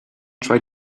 try